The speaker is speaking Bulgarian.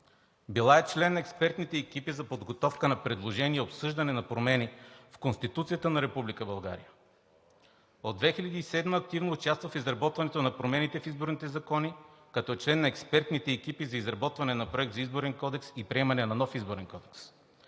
Била е член на експертните екипи за подготовка на предложения и обсъждане на промени в Конституцията на Република България. От 2007 г. активно участва в изработването на промените в изборните закони като член на експертните екипи за изработване на Проект за изборен кодекс и приемане на нов изборен кодекс.